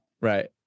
Right